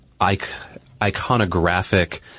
iconographic